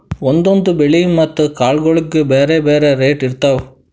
ಒಂದೊಂದ್ ಬೆಳಿ ಮತ್ತ್ ಕಾಳ್ಗೋಳಿಗ್ ಬ್ಯಾರೆ ಬ್ಯಾರೆ ರೇಟ್ ಇರ್ತವ್